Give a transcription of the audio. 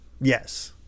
yes